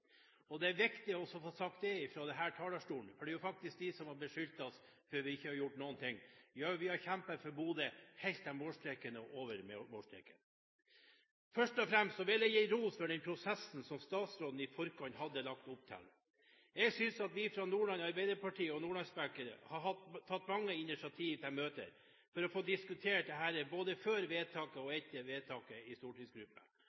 Nordland. Det er viktig å få sagt det fra denne talerstolen, for det er faktisk noen som har beskyldt oss for at vi ikke har gjort noen ting. Vi har kjempet for Bodø helt til målstreken og over målstreken. Først og fremst vil jeg gi ros for den prosessen som statsråden i forkant hadde lagt opp til. Jeg synes at vi fra Nordland Arbeiderparti og nordlandsbenken har tatt mange initiativ til møter for å få diskutert dette, både før vedtaket og